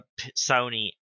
Sony